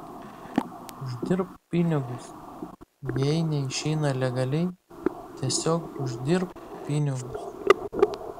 uždirbk pinigus jei neišeina legaliai tiesiog uždirbk pinigus